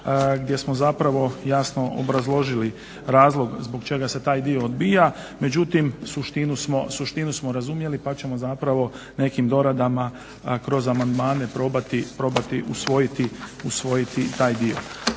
gdje smo zapravo jasno obrazložili razlog zbog čega se taj dio odbija, međutim suštinu smo razumjeli pa ćemo zapravo nekim doradama kroz amandmane probati usvojiti taj dio.